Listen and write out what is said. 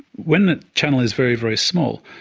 when the channel is very, very small,